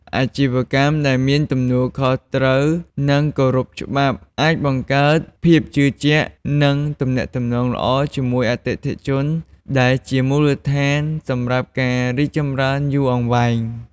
អាជីវកម្មដែលមានទំនួលខុសត្រូវ និងគោរពច្បាប់ អាចបង្កើតភាពជឿជាក់ និងទំនាក់ទំនងល្អជាមួយអតិថិជន ដែលជាមូលដ្ឋានសម្រាប់ការរីកចម្រើនយូរអង្វែង។